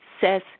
Says